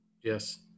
Yes